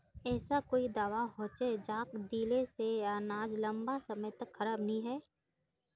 ऐसा कोई दाबा होचे जहाक दिले से अनाज लंबा समय तक खराब नी है?